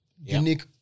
unique